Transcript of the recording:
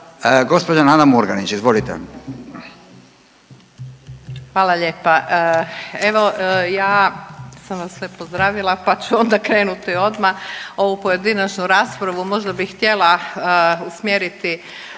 izvolite. **Murganić, Nada (HDZ)** Hvala lijepa. Evo ja sam vas sve pozdravila, pa ću onda krenuti odmah. Ovu pojedinačnu raspravu možda bih htjela usmjeriti